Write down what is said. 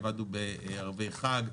עבדנו בערבי חג,